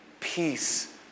Peace